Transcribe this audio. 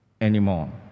anymore